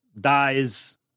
dies